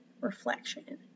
reflection